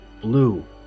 blue